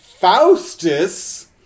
Faustus